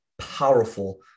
powerful